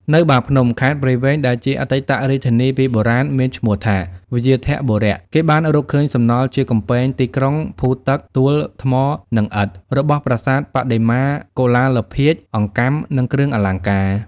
នៅបាភ្នំ ខេត្តព្រៃវែង ដែលជាអតីតរាជធានីពីបុរាណមានឈ្មោះថា វ្យាធបុរៈ គេបានរកឃើញសំណល់ជាកំពែងទីក្រុង ភូទឹក ទួល ថ្មនិងឥដ្ឋរបស់ប្រាសាទ បដិមា កុលាលភាជន៍អង្កាំនិង គ្រឿងអលង្ការ។